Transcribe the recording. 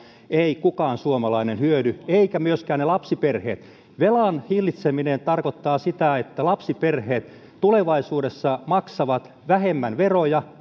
ei kukaan suomalainen hyödy eivätkä myöskään ne lapsiperheet velan hillitseminen tarkoittaa sitä että lapsiperheet tulevaisuudessa maksavat vähemmän veroja